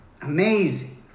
amazing